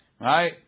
Right